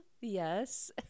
yes